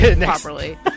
properly